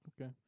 Okay